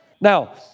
Now